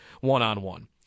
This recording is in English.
one-on-one